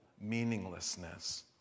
meaninglessness